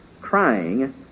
crying